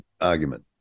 argument